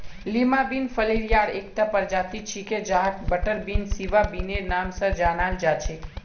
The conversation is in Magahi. लीमा बिन फलियार एकता प्रजाति छिके जहाक बटरबीन, सिवा बिनेर नाम स जानाल जा छेक